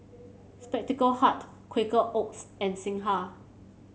Spectacle Hut Quaker Oats and Singha